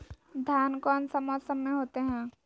धान कौन सा मौसम में होते है?